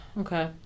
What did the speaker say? Okay